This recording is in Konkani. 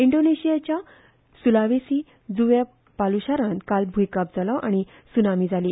इंडोनेशियाच्या सुलावेसी जुंवो पालूशारांत काल भुंयकांप जालो आनी त्सुनामी जाली